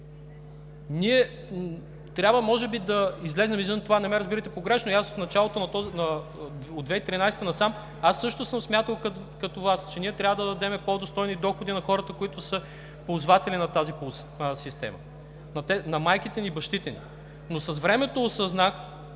Ние трябва може би да излезем извън това – не ме разбирайте погрешно, от 2013 г. насам аз също съм смятал като Вас, че ние трябва да дадем по-достойни доходи на хората, които са ползватели на тази система – на майките и бащите ни. Но с времето осъзнах,